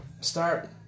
start